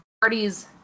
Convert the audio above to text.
parties